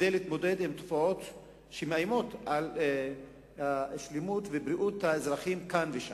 כדי להתמודד עם תופעות שמאיימות על שלמות ובריאות האזרחים כאן ושם.